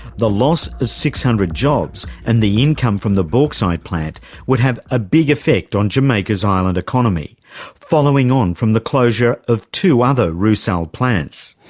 the loss of six hundred jobs and the income from the bauxite plant would have a big effect on jamaica's island economy following on from the closure of two other rusal plants.